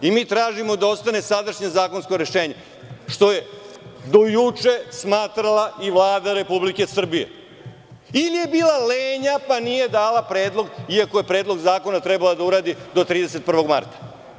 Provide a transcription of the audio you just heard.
Mi tražimo da ostane sadašnje zakonsko rešenje, što je do juče smatrala i Vlada Republike Srbije ili je bila lenja pa nije dala predlog, iako je Predlog zakona trebalo da uradi do 31. marta.